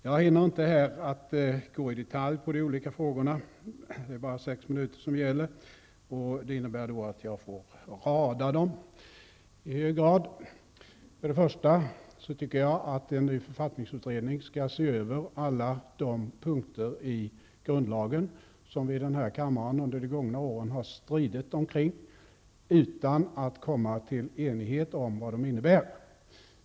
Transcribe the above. Jag hinner inte här gå in i detalj på de olika frågorna, eftersom taletiden är endast sex minuter, och det innebär att jag i hög grad får rada upp frågorna. För det första menar jag att en ny författningsutredning skall se över alla de punkter i grundlagen som vi i den här kammaren under de gångna åren har stridit kring utan att komma till enighet om vad de innebär.